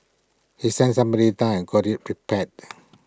he sent somebody down and got IT repaired